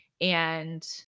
and-